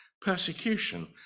persecution